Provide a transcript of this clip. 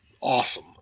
awesome